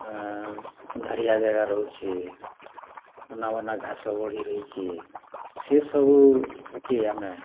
ଅନ୍ଧାରିଆ ଜାଗା ରହୁଚେ ଅନା ବନା ଘାସ ବଢ଼ି ରହିଚେ ସେସବୁକେ ଆମେ